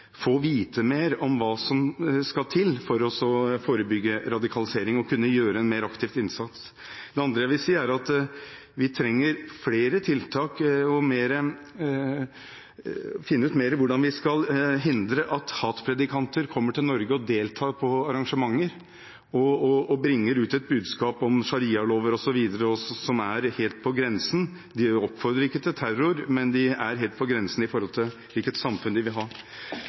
få vite mer om hva som skal til for å forebygge radikalisering og kunne gjøre en mer aktiv innsats. Det andre jeg vil si, er at vi trenger flere tiltak for å finne ut mer om hvordan vi skal hindre at hatpredikanter kommer til Norge, deltar på arrangementer og bringer ut et budskap om sharialover osv., som er helt på grensen. De oppfordrer ikke til terror, men de er helt på grensen med hensyn til hva slags samfunn de vil ha.